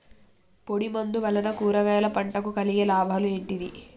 పొడిమందు వలన కూరగాయల పంటకు కలిగే లాభాలు ఏంటిది?